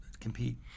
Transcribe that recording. compete